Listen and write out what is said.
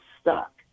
stuck